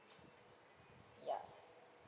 ya